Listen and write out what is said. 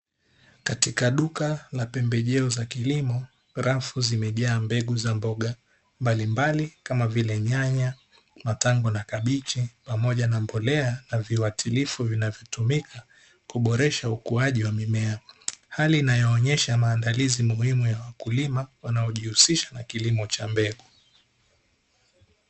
Katika duka la pembejeo za kilimo rafu zimejaa mboga mbalimbali kama vile nyanya, matango, na kabichi pamoja na mbolea na viwatilifu vinavyotumika kuboresha ukuwaji wa mimea, hali inayoonyesha maandalizi muhimu ya ukulima unaojihusisha na kilimo cha mbegu.